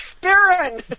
Baron